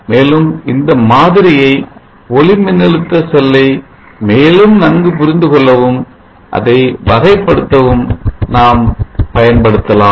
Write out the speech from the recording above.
மேலும் இந்த மாதிரியை ஒளிமின்னழுத்த செல்லை மேலும் நன்கு புரிந்து கொள்ளவும் அதை வகைப்படுத்தவும் நாம் பயன்படுத்தலாம்